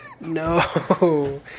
No